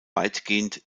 weitgehend